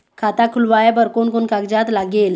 खाता खुलवाय बर कोन कोन कागजात लागेल?